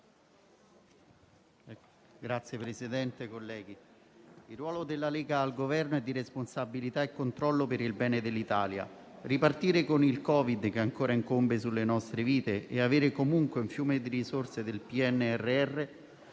Signor Presidente, colleghi, il ruolo della Lega al Governo è di responsabilità e controllo per il bene dell'Italia. Ripartire con il Covid-19 che ancora incombe sulle nostre vite e avere comunque un fiume di risorse del Piano